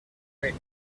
wait